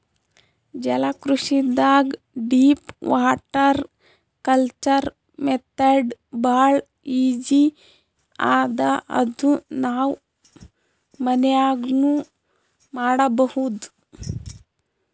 ಜಲಕೃಷಿದಾಗ್ deep water culture method ಭಾಳ್ easy ಅದಾ ಇದು ನಾವ್ ಮನ್ಯಾಗ್ನೂ ಮಾಡಬಹುದ್